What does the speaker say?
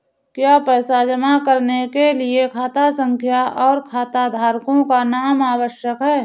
क्या पैसा जमा करने के लिए खाता संख्या और खाताधारकों का नाम आवश्यक है?